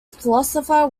philosopher